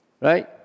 right